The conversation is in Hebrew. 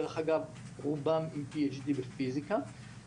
דרך אגב רובם עם Ph.D. בפיזיקה,